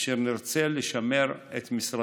אשר נרצה לשמר את משרתם.